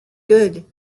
good